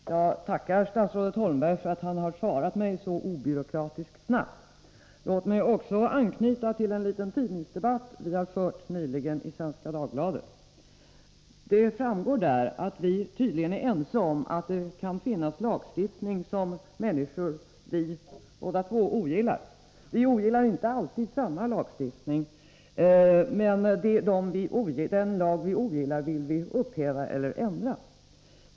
Herr talman! Jag tackar statsrådet Holmberg för att han har svarat mig så obyråkratiskt snabbt. Låt mig anknyta till en liten tidningsdebatt vi har fört nyligen i Svenska Dagbladet. Det framgår där att vi tydligen är ense om att det kan finnas lagstiftning som människor — även vi båda — ogillar. Vi ogillar inte alltid samma lagstiftning, men den lag vi ogillar vill vi upphäva eller ändra.